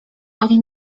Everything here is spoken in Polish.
oni